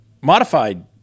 Modified